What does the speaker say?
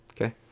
Okay